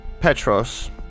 Petros